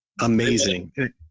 amazing